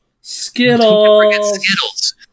skittles